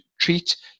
treat